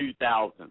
2000